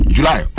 July